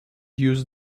use